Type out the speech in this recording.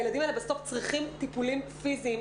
הילדים האלה בסוף צריכים טיפולים פיזיים,